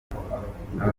aba